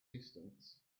distance